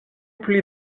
pli